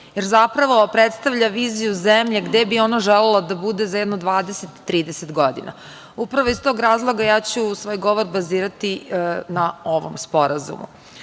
jer zapravo predstavlja viziju zemlje gde bi ona želela da bude za jedno 20, 30 godina. Upravo iz tog razloga ja ću svoj govor bazirati na ovom sporazumu. Ulaganje